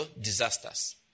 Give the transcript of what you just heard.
disasters